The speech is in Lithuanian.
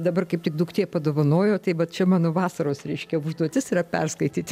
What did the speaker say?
dabar kaip tik duktė padovanojo tai va čia mano vasaros reiškia užduotis yra perskaityti